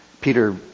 Peter